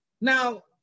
now